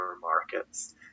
markets